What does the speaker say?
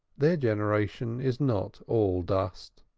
their generation is not all dust.